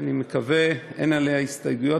אין עליה הסתייגויות,